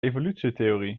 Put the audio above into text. evolutietheorie